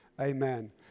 amen